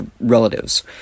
relatives